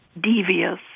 Devious